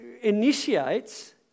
initiates